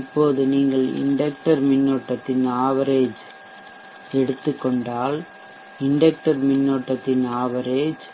இப்போது நீங்கள் இண்டெக்டர் மின்னோட்டத்தின் ஆவரேஜ்சராசரியை எடுத்துக் கொண்டால் இண்டெக்டர் மின்னோட்டத்தின் ஆவரேஜ்சராசரி